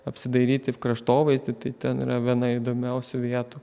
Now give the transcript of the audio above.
apsidairyti kraštovaizdį tai ten yra viena įdomiausių vietų